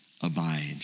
Abide